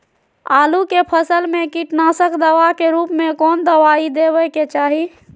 आलू के फसल में कीटनाशक दवा के रूप में कौन दवाई देवे के चाहि?